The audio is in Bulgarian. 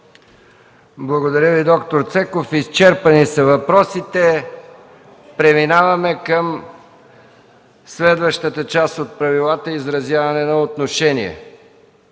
Благодаря Ви, доктор Цеков. Изчерпани са въпросите. Преминаваме към следващата част от правилата – изразяване на отношение.